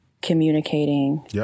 communicating